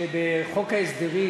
שבחוק ההסדרים